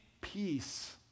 peace